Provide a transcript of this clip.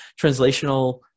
translational